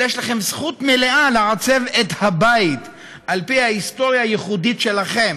אלא יש לכם זכות מלאה לעצב את הבית על פי ההיסטוריה הייחודית שלכם,